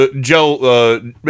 Joe